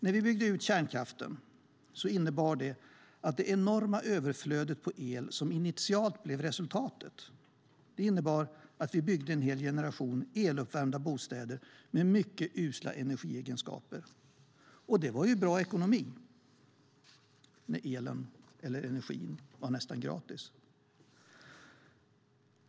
När vi byggde ut kärnkraften innebar det enorma överflödet på el som initialt blev resultatet att vi byggde en generation eluppvärmda bostäder med mycket usla energiegenskaper. Det var bra ekonomi när energin var nästan gratis.